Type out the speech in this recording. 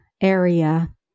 area